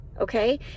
okay